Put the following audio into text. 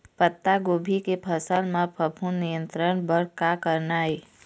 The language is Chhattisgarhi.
पत्तागोभी के फसल म फफूंद नियंत्रण बर का करना ये?